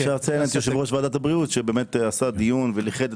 אפשר לציין את יושב-ראש ועדת הבריאות שעשה דיון וליכד.